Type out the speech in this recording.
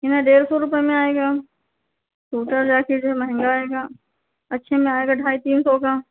हिना डेढ़ सौ रुपये में आएगी सूटर जाकेट भी महंगा आएगा अच्छी नहीं आएगा ढाई तीन सौ का